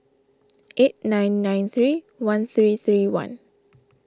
eight nine nine three one three three one